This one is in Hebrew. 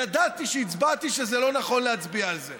ידעתי כשהצבעתי שזה לא נכון להצביע על זה.